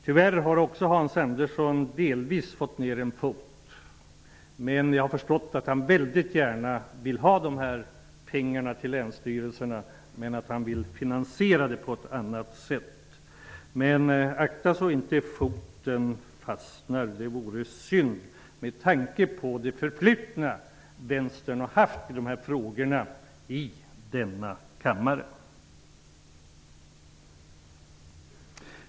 Tyvärr har också Hans Andersson fått ned en fot i den. Jag har förstått att han väldigt gärna vill få fram de här pengarna till länsstyrelserna men att han vill finansiera förslaget på ett annat sätt. Men se upp så att inte foten fastnar! Det vore synd, med tanke på Vänsterns förflutna i de här frågorna i denna kammare.